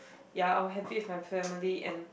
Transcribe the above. ya I will have it with my family and